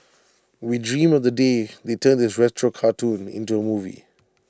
we dream of the day they turn this retro cartoon into A movie